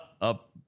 up